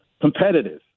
competitive